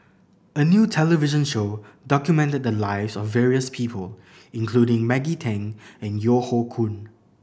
a new television show documented the lives of various people including Maggie Teng and Yeo Hoe Koon